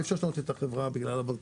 אי אפשר לשנות את החברה בגלל הבנקאות